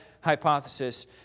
hypothesis